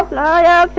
la yeah